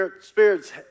Spirit's